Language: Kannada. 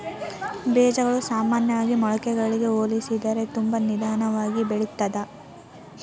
ಬೇಜಗಳು ಸಾಮಾನ್ಯವಾಗಿ ಮೊಳಕೆಗಳಿಗೆ ಹೋಲಿಸಿದರೆ ತುಂಬಾ ನಿಧಾನವಾಗಿ ಬೆಳಿತ್ತದ